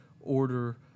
order